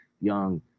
Young